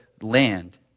land